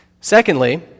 Secondly